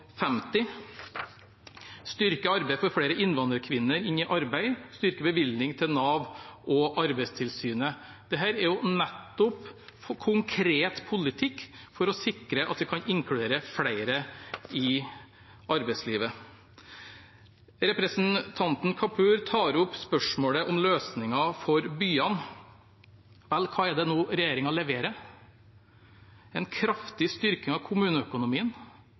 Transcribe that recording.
til Nav og Arbeidstilsynet. Dette er nettopp konkret politikk for å sikre at vi kan inkludere flere i arbeidslivet. Representanten Kapur tar opp spørsmålet om løsninger for byene. Vel, hva er det regjeringen nå leverer? En kraftig styrking av kommuneøkonomien